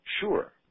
sure